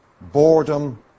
boredom